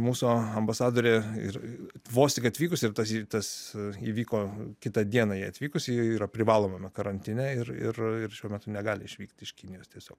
mūsų ambasadorė ir vos tik atvykusi ir tas ir tas įvyko kitą dieną ji atvykusi ji yra privalomame karantine ir ir šiuo metu negali išvykti iš kinijos tiesiog